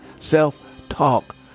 Self-talk